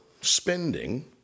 spending